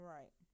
Right